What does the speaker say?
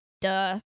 Duh